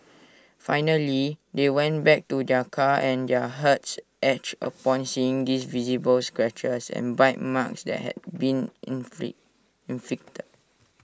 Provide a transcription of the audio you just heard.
finally they went back to their car and their hearts ached upon seeing these visible scratches and bite marks that had been inflict inflicted